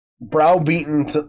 browbeaten